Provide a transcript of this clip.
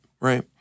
right